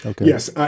yes